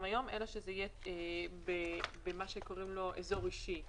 היום אלא שזה יהיה במה שקוראים לו "אזור אישי".